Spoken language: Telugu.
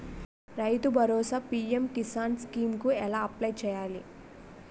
రైతు భరోసా పీ.ఎం కిసాన్ స్కీం కు ఎలా అప్లయ్ చేయాలి?